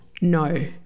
No